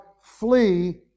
flee